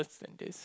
than this